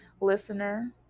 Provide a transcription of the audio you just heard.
listener